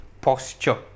posture